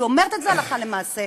היא אומרת את זה הלכה למעשה,